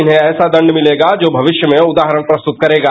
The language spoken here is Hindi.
इन्हें ऐसा दंड मिलेगा जो भविष्य में उदाहरण प्रस्तुत करेगा